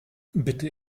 bitte